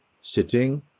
sitting